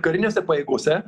karinėse pajėgose